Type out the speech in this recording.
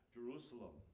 Jerusalem